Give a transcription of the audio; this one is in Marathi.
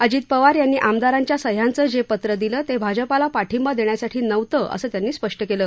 अजित पवार यांनी आमदारांच्या सह्याचं जे पत्र दिलं ते भाजपाला पाठिंबा देण्यासाठी नव्हतं असं त्यांनी स्पष्ट केलं